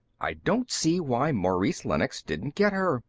i don't see why maurice lennox didn't get her.